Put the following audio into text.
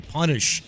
punish